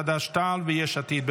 קבוצת חד"ש-תע"ל וקבוצת יש עתיד.